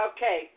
Okay